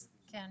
אני